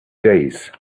days